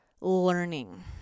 learning